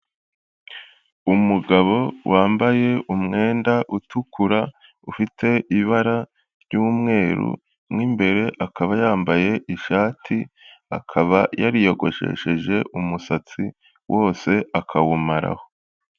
Umugabo wambaye umwenda utukura ufite ibara ry'umweru, mo imbere akaba yambaye ishati, akaba yariyogoshesheje umusatsi wose akawumaraho.